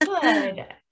Good